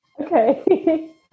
Okay